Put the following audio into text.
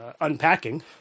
unpacking